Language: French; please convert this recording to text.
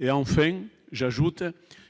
et enfin j'ajoute